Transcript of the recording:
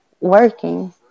working